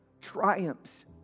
triumphs